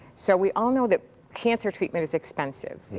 so we all know that cancer treatment is expensive.